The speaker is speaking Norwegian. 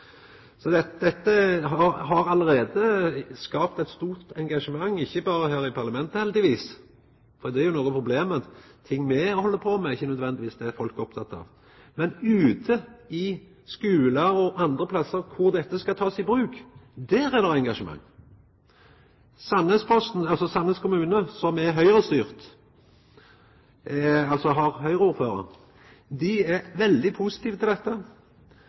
Dette har allereie skapt eit stort engasjement, ikkje berre her i parlamentet, heldigvis; for noko av problemet er jo at ting me held på med, ikkje utan vidare er det folk er opptekne av. Men ute, i skular og andre plasser kor dette skal takast i bruk, er det engasjement. Ifølgje Sandnesposten er Sandnes kommune, som er Høgre-styrt, som har Høgre-ordførar, veldig positiv til dette,